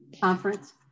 Conference